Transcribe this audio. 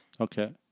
Okay